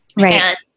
Right